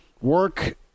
work